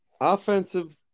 Offensive